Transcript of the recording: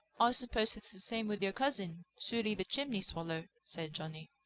i suppose it's the same with your cousin sooty the chimney swallow, said johnny.